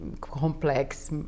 complex